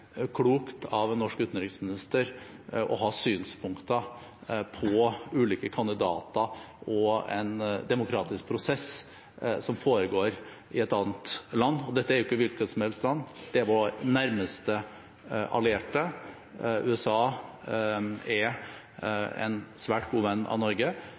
klokt av en norsk utenriksminister å ha synspunkter på ulike kandidater og en demokratisk prosess som foregår i et annet land. Og dette er ikke et hvilket som helst land – det er vår nærmeste allierte. USA er en svært god venn av Norge.